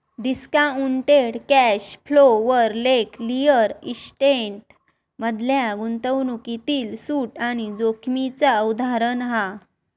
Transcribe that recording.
discounted cash flow वर लेख real estate मधल्या गुंतवणूकीतील सूट आणि जोखीमेचा उदाहरण हा